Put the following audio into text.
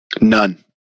None